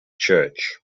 church